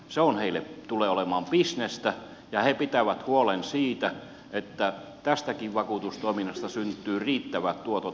se tulee olemaan heille bisnestä ja he pitävät huolen siitä että tästäkin vakuutustoiminnasta syntyy riittävät tuotot vakuutusyhtiöille